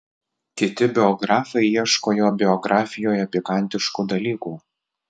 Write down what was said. kiti biografai ieško jo biografijoje pikantiškų dalykų